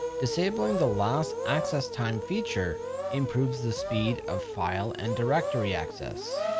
disabling the last access time feature improves the speed of file and directory access.